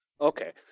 Okay